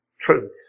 Truth